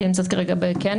כי היא נמצאת כרגע בכנס,